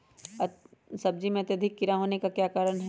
सब्जी में अत्यधिक कीड़ा होने का क्या कारण हैं?